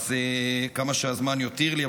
כמה שהזמן יותיר לי.